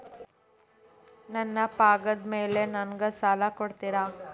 ನನ್ನ ಪಗಾರದ್ ಮೇಲೆ ನಂಗ ಸಾಲ ಕೊಡ್ತೇರಿ?